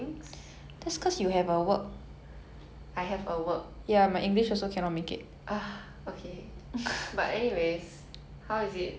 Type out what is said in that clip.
but anyways how is it so far in episode ten do not spoil anything but like briefly describe